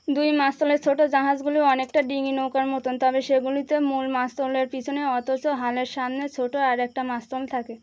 দুই মাস্তুলের ছোট জাহাজগুলো অনেকটা ডিঙি নৌকার মতন তবে সেগুলিতে মূল মাস্তুলের পিছনে অথচ হালের সামনে ছোট আরেকটা মাস্তুল থাকে